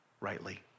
rightly